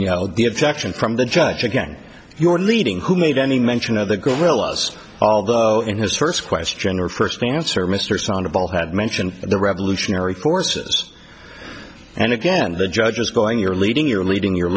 you know the objection from the judge again you were leading who made any mention of the good will us although in his first question or first answer mr sonner ball had mentioned the revolutionary forces and again the judge is going you're leading you're leading you're